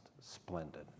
splendid